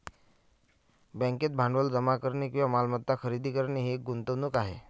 बँकेत भांडवल जमा करणे किंवा मालमत्ता खरेदी करणे ही एक गुंतवणूक आहे